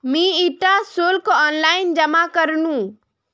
मी इटा शुल्क ऑनलाइन जमा करनु